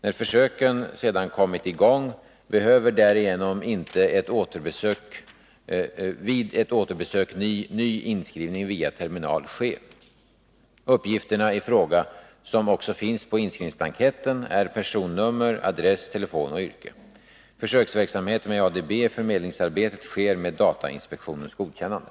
När försöken sedan kommer i gång behöver härigenom vid ett återbesök ny inskrivning via terminal inte ske. Uppgifterna i fråga, som också finns på inskrivningsblanketten, är personnummer, adress, telefon och yrke. Försöksverksamheten med ADB i förmedlingsarbetet sker med datainspektionens godkännande.